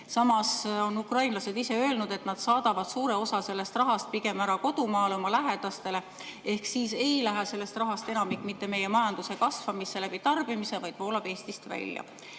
Samas on ukrainlased ise öelnud, et nad saadavad suure osa sellest rahast pigem ära kodumaale oma lähedastele. Seega ei lähe sellest rahast enamik mitte meie majanduse kasvamisse tarbimise kaudu, vaid voolab Eestist välja.